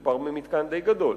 מדובר במתקן די גדול